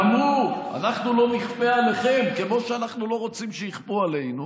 ואמרו: אנחנו לא נכפה עליכם כמו שאנחנו לא רוצים שיכפו עלינו,